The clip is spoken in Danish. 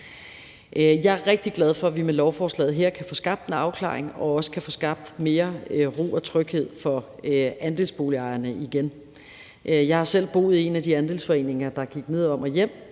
Jeg er rigtig glad for, at vi med lovforslaget her kan få skabt en afklaring og også kan få skabt mere ro og tryghed for andelsboligejerne igen. Jeg har selv boet i en af de andelsforeninger, der gik nedenom og hjem,